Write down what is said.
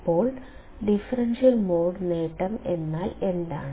അപ്പോൾ differential mode നേട്ടം എന്നാൽ എന്താണ്